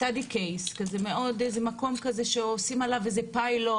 study מקום כזה שעושים עליו איזה פיילוט,